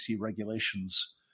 regulations